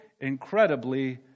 incredibly